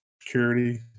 security